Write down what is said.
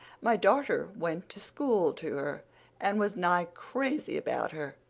my darter went to school to her and was nigh crazy about her.